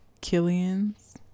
Killian's